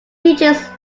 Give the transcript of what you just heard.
teaches